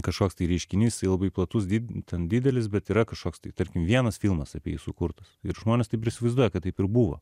kažkoks tai reiškinys jisai labai platus did ten didelis bet yra kažkoks tai tarkim vienas filmas apie jį sukurtas ir žmonės taip ir įsivaizduoja kad taip ir buvo